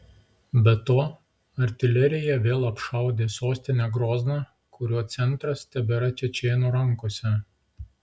be to artilerija vėl apšaudė sostinę grozną kurio centras tebėra čečėnų rankose